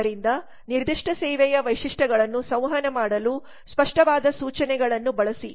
ಆದ್ದರಿಂದ ನಿರ್ದಿಷ್ಟ ಸೇವೆಯ ವೈಶಿಷ್ಟ್ಯಗಳನ್ನು ಸಂವಹನ ಮಾಡಲು ಸ್ಪಷ್ಟವಾದ ಸೂಚನೆಗಳನ್ನು ಬಳಸಿ